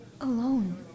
alone